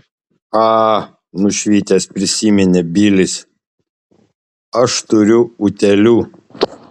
a nušvitęs prisiminė bilis aš turiu utėlių